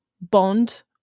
bond